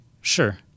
Sure